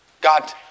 God